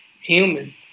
human